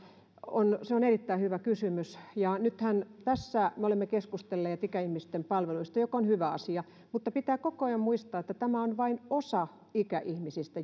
se on erittäin hyvä kysymys nythän tässä me olemme keskustelleet ikäihmisten palveluista mikä on hyvä asia mutta pitää koko ajan muistaa että tämä on vain osa ikäihmisistä